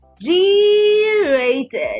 G-Rated